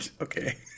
Okay